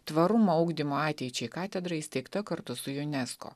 tvarumo ugdymo ateičiai katedra įsteigta kartu su unesco